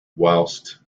whilst